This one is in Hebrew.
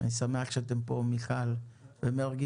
אני שמח שאתם פה מיכל ומרגי,